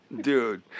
Dude